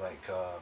like uh